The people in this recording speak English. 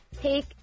take